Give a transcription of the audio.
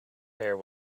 there